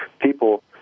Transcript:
people